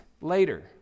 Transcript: later